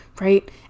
right